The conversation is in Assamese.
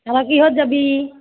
কিহঁত যাবি